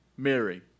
Mary